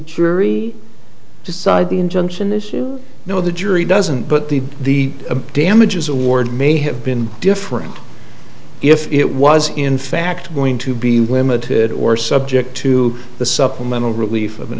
jury decide the injunction this you know the jury doesn't but the the damages award may have been different if it was in fact going to be limited or subject to the supplemental relief of an